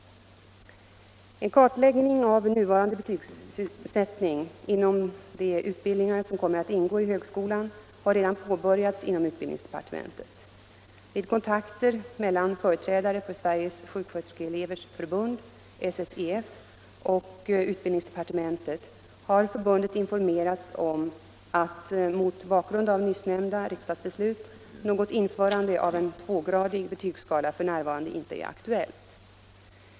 En kartläggning av nuvarande betygsättning inom de utbildningar som kommer att ingå i högskolan har redan påbörjats inom utbildningsdepartementet. Vid kontakter mellan företrädare för Sveriges sjuksköterskeelevers förbund och utbildningsdepartementet har förbundet informerats om att mot bakgrund av nyssnämnda riksdagsbeslut något införande av en tvågradig betygskala f.n. inte är aktuellt.